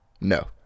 No